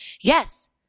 Yes